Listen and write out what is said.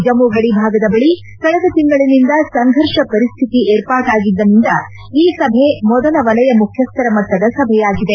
ಜಮ್ಮ ಗಡಿ ಭಾಗದ ಬಳಿ ಕಳೆದ ತಿಂಗಳನಿಂದ ಸಂಫರ್ಷ ಪರಿಸ್ವಿತಿ ಏರ್ಪಟ್ಟಾಗಿನಿಂದ ಈ ಸಭೆ ಮೊದಲ ವಲಯ ಮುಖ್ಯಸ್ಥರ ಮಟ್ಟದ ಸಭೆಯಾಗಿದೆ